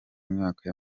myaka